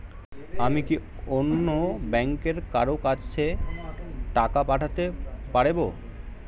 আমি কি অন্য ব্যাংকের কারো কাছে টাকা পাঠাতে পারেব?